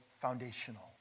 foundational